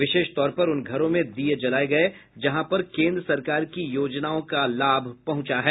विशेष तौर पर उन घरों में दीये जलाये गये जहां पर केंद्र सरकार की योजनाओं का लाभ पहुंचा है